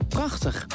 Prachtig